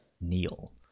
Neil